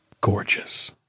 gorgeous